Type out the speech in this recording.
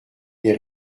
est